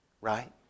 right